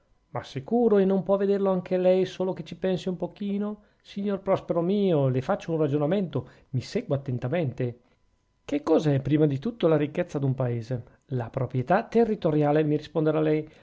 ma sicuro e non può vederlo anche lei solo che ci pensi un pochino signor prospero mio le faccio un ragionamento mi segua attentamente che cos'è prima di tutto la ricchezza d'un paese la proprietà territoriale mi risponderà lei